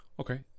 okay